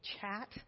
chat